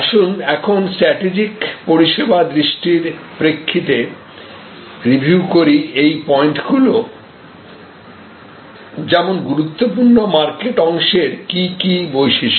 আসুন এখন স্ট্র্যাটেজিক পরিষেবা দৃষ্টির প্রেক্ষিতে রিভিউ করি এই পয়েন্টগুলোযেমন গুরুত্বপূর্ণ মার্কেট অংশের কি কি বৈশিষ্ট্য